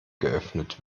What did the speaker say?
geöffnet